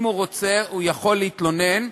אם הוא רוצה הוא יכול להתלונן,